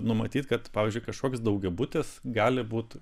numatyt kad pavyzdžiui kažkoks daugiabutis gali būt